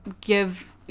Give